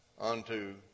unto